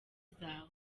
zawe